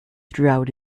throughout